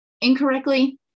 incorrectly